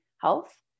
health